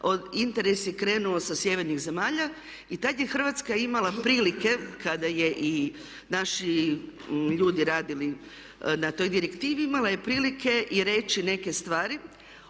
interes je krenuo sa sjevernih zemalja, i tad je Hrvatska imala prilike kada su i naši ljudi radili na toj direktivi imala je prilike reći neke stvari